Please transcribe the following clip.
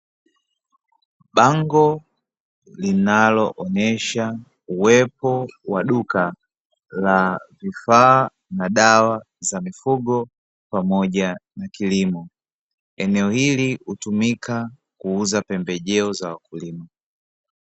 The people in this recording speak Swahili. Bango linaloonyesha uwepo wa duka la vifaa na dawa za mifugo pamoja na kilimo. Eneo hili hutumika kuuza pembejeo za wakulima.